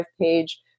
page